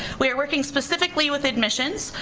we are working specifically with admissions.